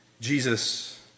Jesus